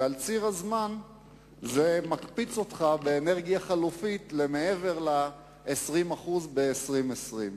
ועל ציר הזמן זה מקפיץ אותך באנרגיה חלופית למעבר ל-20% ב-2020.